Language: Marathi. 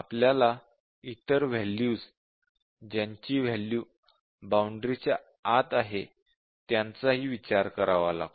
आपल्याला इतर वॅल्यूज ज्यांची वॅल्यू बाउंडरीच्या आत आहे त्यांचाही विचार करावा लागतो